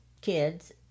kids